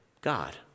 God